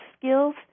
skills